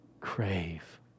crave